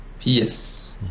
Yes